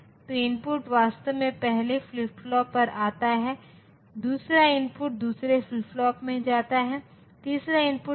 यह 0 00 1 1 0 और 1 1 है तो जब यह एफ है जब भी यह 0 है क्योंकि दोनों इनपुट 0 हैं